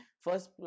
first